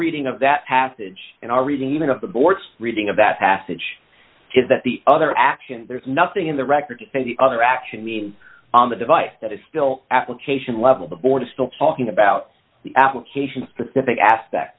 reading of that passage in our reading of the board's reading of that passage is that the other action there's nothing in the record that the other action means on the device that is still application level the board is still talking about the application specific aspect